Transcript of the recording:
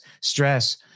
stress